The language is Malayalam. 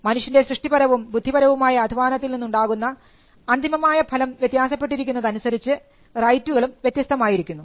മനുഷ്യൻറെ സൃഷ്ടിപരവും ബുദ്ധിപരവുമായ അധ്വാനത്തിൽ നിന്നുണ്ടാകുന്ന അന്തിമമായ ഫലം വ്യത്യാസപ്പെട്ടിരിക്കുന്നതനുസരിച്ച് റൈറ്റുകളും വ്യത്യസ്തമായിരിക്കുന്നു